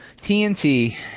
tnt